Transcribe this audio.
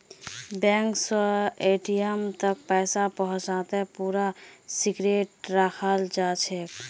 bank स ATM तक पैसा पहुंचाते पूरा सिक्रेट रखाल जाछेक